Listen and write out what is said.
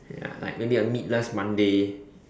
ya like maybe a meatless Monday